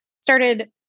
started